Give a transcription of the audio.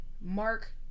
Mark